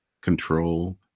control